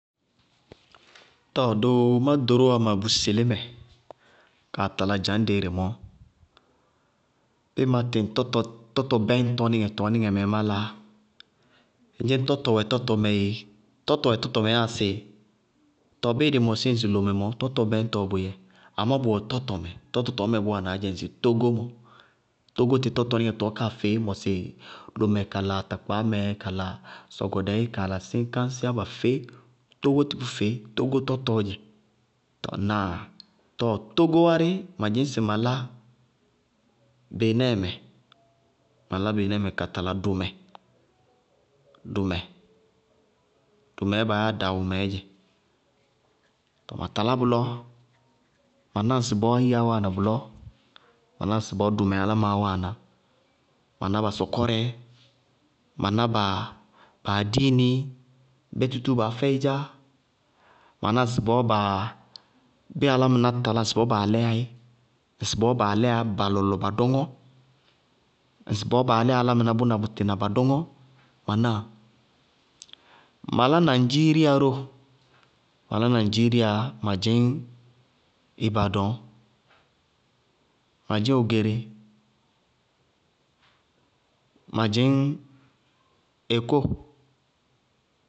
Tɔɔ mʋʋ ɖorówá doo ma bú sɩ lé mɛ, kaa tala dza ñdɛ ire mɔɔ. Bíɩ má tɩŋ tɔtɔ bɛñtɔmɛ tɔɔ níŋɛ mɛɛ má láa. Ŋdzɩñ tɔtɔ wɛ tɔtɔmɛ yéé. Tɔtɔ wɛ tɔtɔmɛ yáa sɩ bé? Tɔɔ bíɩ dɩ mɔsí ŋsɩ lomɛ mɔɔ, tɔtɔ bɛñtɔɔ bʋyɛɛ, amá bʋwɛ tɔtɔmɛ, tɔtɔ tɔɔ mɛɛ bʋ wáanaá dzɛ ŋsɩ tógó mɔ, tógó tɩ tɔtɔnɩŋɛ tɔɔ káa feé mɔsɩ lomɛ kala atakpaámɛ kala sɔgɔdɛɩ kala séñkáñsí ába feé, togo tɩ bʋná feé, togo tɔtɔɔ dzɛ. Tɔɔ ŋnáa? Tógó wárɩ ma dzɩñŋ sɩ ma lá beenɛɛ mɛ, ma lá beenɛɛ mɛ ka tala dʋmɛ. Dʋmɛɛ baá yá dawʋmɛɛ dzɛ, tɔɔ ma talá bʋlɔ, ma ná ŋsɩbɔɔ ásiyáá wáana bʋlɔ, ma ná ŋsɩbɔɔ dʋmɛ alámaá wáana, ma ná ba sɔkɔrɛ, ma ná ba adííni, bé tútúú baá fɛ ɩdzá, ma ná ŋsɩbɔɔ baa bíɩ álámɩná taláa ŋsɩbɔɔ baa lɛyáí, ŋsɩbɔɔ baa lɛyá ba tɩtɩŋɛ ba dɔŋɔ. Ŋsɩbɔɔ baa lɛyá álámɩná, bʋna bʋtɩ na ba dɔŋɔ, ma náa. Ma lá naŋdziriá ró. Ma lá naŋdziriá, ma dzɩñŋ ibadɔŋ, ma dzɩñŋ ogere, ma dzɩñŋ ekó.